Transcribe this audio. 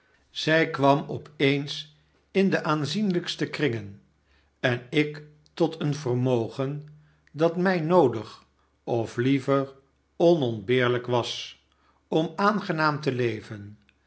zij kwam op eens in de aanzienlijkste kringen en ik tot een vermogen dat mij noodig of liever onontbeerlijk was om aangenaam te leven